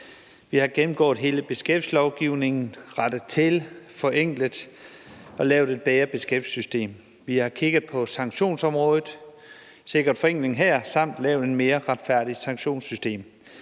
Vi har gennemgået hele beskæftigelseslovgivningen, rettet til, forenklet og lavet et bedre beskæftigelsessystem. Vi har kigget på sanktionsområdet og sikret forenkling her samt lavet et mere retfærdigt sanktionssystem.